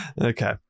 Okay